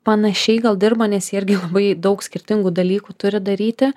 panašiai gal dirba nes jie irgi labai daug skirtingų dalykų turi daryti